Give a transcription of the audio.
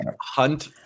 hunt